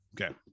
okay